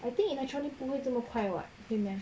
I think electronic 不会这么快 [what] 会 meh